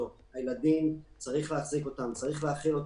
יש ילדים שצריך להאכיל,